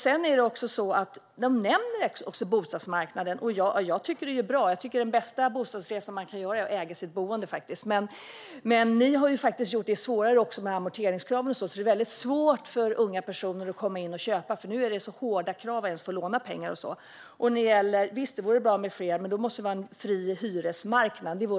De nämner också bostadsmarknaden. Jag tycker att den bästa bostadsresan man kan göra är att äga sitt boende, men ni har gjort det svårare med amorteringskraven. Det är svårt för unga personer att köpa, för det är så hårda krav för att få låna pengar. Visst vore det bra med fler hyresrätter, men då måste hyresmarknaden vara fri.